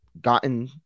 gotten